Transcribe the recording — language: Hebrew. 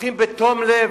הולכים בתום לב,